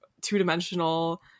two-dimensional